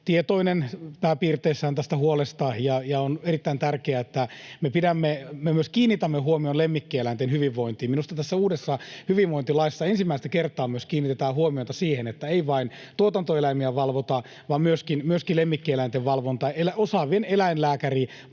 tietoinen pääpiirteissään tästä huolesta. On erittäin tärkeää, että me kiinnitämme huomion myös lemmikkieläinten hyvinvointiin. Minusta tässä uudessa hyvinvointilaissa ensimmäistä kertaa kiinnitetään huomiota ei vain tuotantoeläinten vaan myöskin lemmikkieläinten valvontaan. Osaavien eläinlääkäripalvelujen